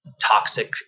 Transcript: toxic